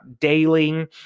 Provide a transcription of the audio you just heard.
daily